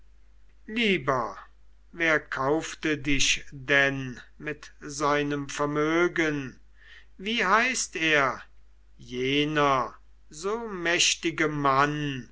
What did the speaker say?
lieber wer kaufte dich denn mit seinem vermögen wie heißt er jener so mächtige mann